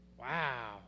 Wow